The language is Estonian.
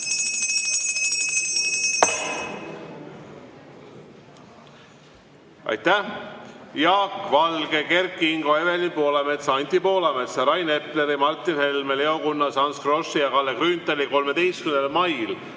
Aitäh! … Jaak Valge, Kert Kingo, Evelin Poolametsa, Anti Poolametsa, Rain Epleri, Martin Helme, Leo Kunnase, Ants Froschi ja Kalle Grünthali 13. mail